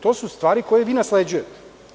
To su stvari koje vi nasleđujete.